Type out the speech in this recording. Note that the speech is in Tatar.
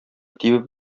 тибеп